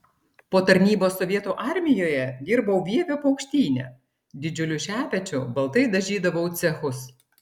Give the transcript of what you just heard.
po tarnybos sovietų armijoje dirbau vievio paukštyne didžiuliu šepečiu baltai dažydavau cechus